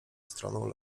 stroną